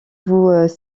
vous